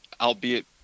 albeit